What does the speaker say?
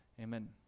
amen